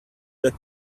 that